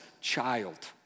child